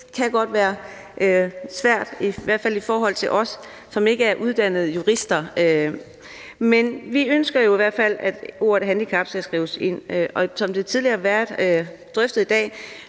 hvert fald godt være svært for dem, som ikke er uddannede jurister. Men vi ønsker i hvert fald, at ordet handicap skal skrives ind. Og som tidligere drøftet i dag,